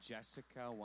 Jessica